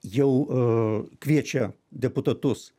jau kviečia deputatus